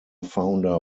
founder